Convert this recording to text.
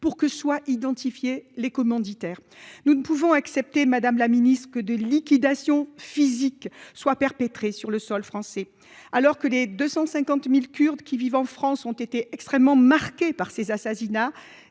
pour que soient identifiés les commanditaires. Nous ne pouvons accepter Madame la Ministre que de liquidation physique soit perpétrés sur le sol français. Alors que les 250.000 Kurdes qui vivent en France ont été extrêmement marquée par ces assassinats.